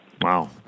wow